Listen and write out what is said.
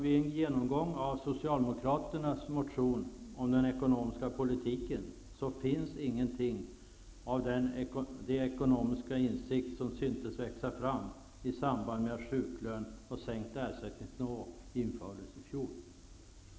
Vid en genomgång av Socialdemokraternas motion om den ekonomiska politiken finner jag ingenting av den ekonomiska insikt som syntes växa fram i samband med att sjuklön och sänkt ersättningsnivå infördes i fjol.